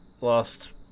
last